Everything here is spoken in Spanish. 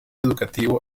educativo